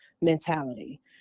mentality